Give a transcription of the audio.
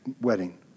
wedding